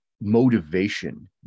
motivation